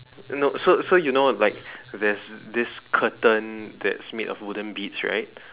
no so so you know like there's this curtain that's made of wooden beads right